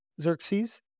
Xerxes